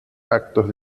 actos